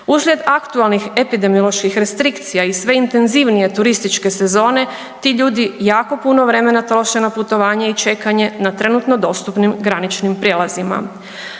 Uslijed aktualnih epidemioloških restrikcija i sve intenzivnije turističke sezone, ti ljudi jako puno vremena troše na putovanje i čekanje na trenutno dostupnim graničnim prijelazima.